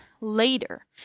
later